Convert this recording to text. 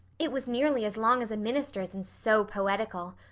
it was nearly as long as a minister's and so poetical.